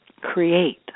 create